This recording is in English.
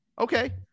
okay